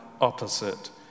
opposite